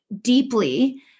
deeply